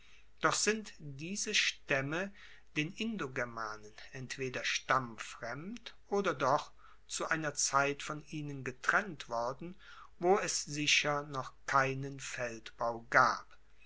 doch sind diese staemme den indogermanen entweder stammfremd oder doch zu einer zeit von ihnen getrennt worden wo es sicher noch keinen feldbau gab